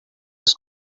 his